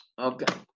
Okay